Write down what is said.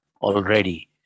already